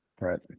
right